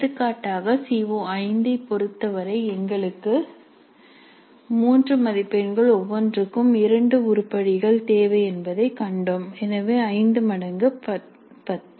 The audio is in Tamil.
எடுத்துக்காட்டாக சி ஓ5 ஐப் பொறுத்தவரை எங்களுக்கு 3 மதிப்பெண்கள் ஒவ்வொன்றும் இரண்டு உருப்படிகள் தேவை என்பதைக் கண்டோம் எனவே ஐந்து மடங்கு 10